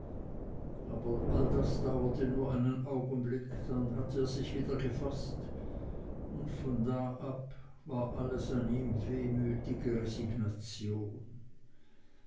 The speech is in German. aber all das dauerte nur einen augenblick dann hatte er sich wieder gefaßt und von da an war alles an ihm wehmütige resignation